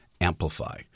amplify